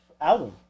album